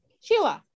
Sheila